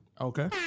Okay